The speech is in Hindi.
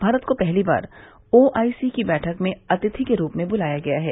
भारत को पहली बार ओआईसी की बैठक में अतिथि के रूप में बुलाया गया है